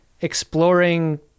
exploring